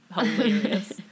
hilarious